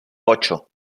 ocho